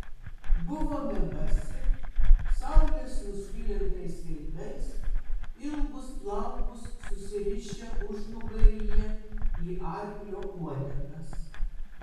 buvome basi saulės nusvilintais veidais ilgus plaukus susirišę užnugaryje į arklio uodegas